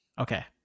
Okay